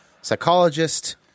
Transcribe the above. psychologist